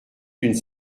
d’une